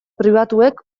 pribatuek